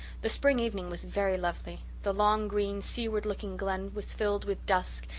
the spring evening was very lovely. the long, green, seaward-looking glen was filled with dusk,